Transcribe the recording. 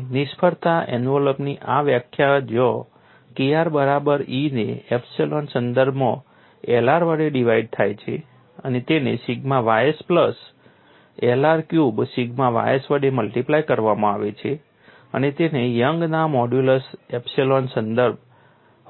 અને નિષ્ફળતા એન્વેલોપની આ વ્યાખ્યા જ્યાં Kr બરાબર e ને એપ્સીલોન સંદર્ભમાં Lr વડે ડિવાઇડેડ થાય છે અને તેને sigma ys plus Lr cube sigma ys વડે મલ્ટિપ્લાય કરવામાં આવે છે અને તેને યંગના મોડ્યુલસ એપ્સિલોન સંદર્ભ